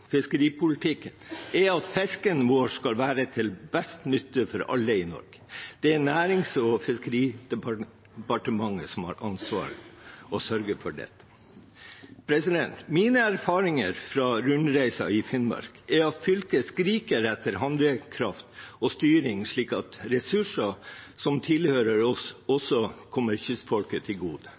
fiskeripolitikken er at fisken vår skal være til best nytte for alle i Norge. Det er Nærings- og fiskeridepartementet som har ansvaret for å sørge for dette. Mine erfaringer fra rundreiser i Finnmark er at fylket skriker etter handlekraft og styring, slik at ressurser som tilhører oss, også kommer kystfolket til gode.